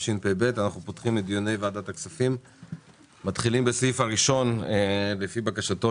אנחנו מתחילים בסעיף הראשון לפי בקשתו